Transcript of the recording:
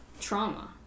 trauma